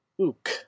OOK